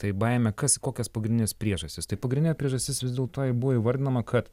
tai baimė kas kokios pagrindinės priežastys tai pagrindinė priežastis vis dėlto ir buvo įvardinama kad